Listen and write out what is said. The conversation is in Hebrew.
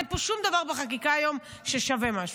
אין פה שום דבר בחקיקה היום ששווה משהו.